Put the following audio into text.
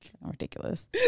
Ridiculous